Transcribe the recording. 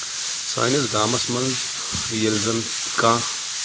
سٲنِس گامَس منٛز ییٚلہِ زَن کانٛہہ